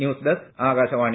news desk Akashvani